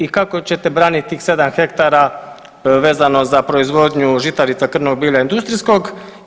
I kako ćete braniti tih 7 hektara vezano za proizvodnju žitarica, krmnog bilja, industrijskog?